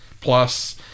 plus